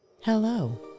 Hello